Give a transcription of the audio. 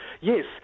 yes